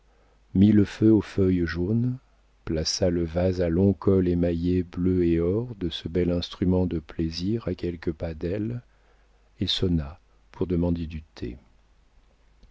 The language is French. mit le feu aux feuilles jaunes plaça le vase à long col émaillé bleu et or de ce bel instrument de plaisir à quelques pas d'elle et sonna pour demander du thé